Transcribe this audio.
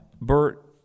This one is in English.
Bert